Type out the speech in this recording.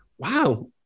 wow